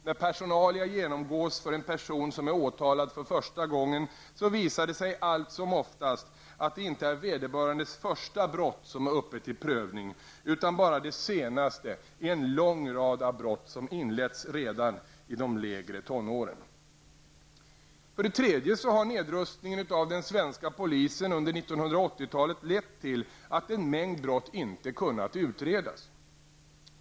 När personalia genomgås för en person som är åtalad för första gången visar det sig allt som oftast att det inte är vederbörandes första brott som är uppe till prövning utan bara det senaste i en lång rad brott som inletts redan i de lägre tonåren. För det tredje har nedrustningen av den svenska polisen under 1980-talet lett till att en mängd brott inte kunnat utredas.